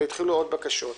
והתחילו עוד בקשות.